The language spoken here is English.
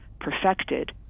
perfected